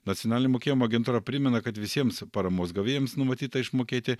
nacionalinė mokėjimo agentūra primena kad visiems paramos gavėjams numatyta išmokėti